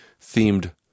themed